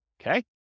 Okay